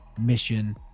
mission